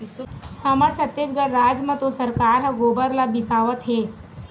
हमर छत्तीसगढ़ राज म तो सरकार ह गोबर ल बिसावत हे